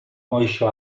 moixó